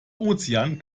ozean